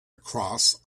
across